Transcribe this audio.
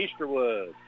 Easterwood